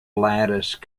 lattice